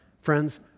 Friends